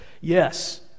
Yes